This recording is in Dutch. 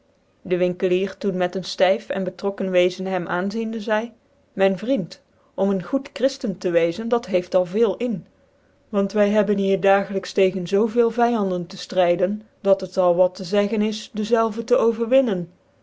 dc winkelier doen met een flyf cn betrokken wezen hem aanziende zcidc myn vriend om een goed christen te wezen dat heeft al veel in want vy hebben hier dagelijks tegen zoo veel vyanden te ftryden dat het al wat tc zeggen is dezelve tc overwinnen